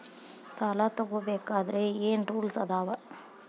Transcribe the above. ಸಾಲ ತಗೋ ಬೇಕಾದ್ರೆ ಏನ್ ರೂಲ್ಸ್ ಅದಾವ?